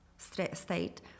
state